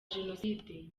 jenoside